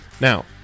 now